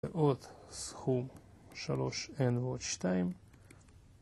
ועוד סכום שלוש n ועוד שתיים